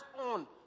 on